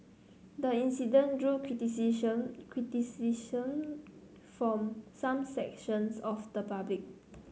the incident drew from some sections of the public